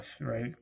Right